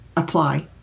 Apply